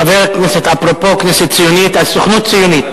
חבר הכנסת, אפרופו כנסת ציונית, הסוכנות ציונית.